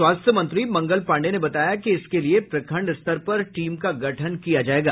स्वास्थ्य मंत्री मंगल पांडेय ने बताया कि इसके लिए प्रखंड स्तर पर टीम का गठन किया जायेगा